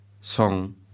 Song